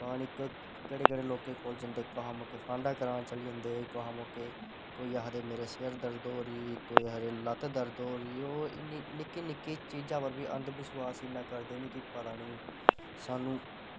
पता नी केह्ड़े केह्ड़े लोकें कोल जंदे कुसा मौके फांडा करान चली जंदे कुसा मौके कोई आखदे मेरे सिर दर्द होई दी कोेई आखदे लत्ता दर्द होआ दी निक्की निक्की चीजा पर बी अंधविश्वास इन्ना करदे नी की पता नी स्हानू